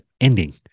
ending